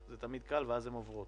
זה תמיד קל, והן עוברות.